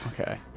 Okay